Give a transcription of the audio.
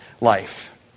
life